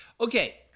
Okay